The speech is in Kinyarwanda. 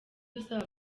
dusaba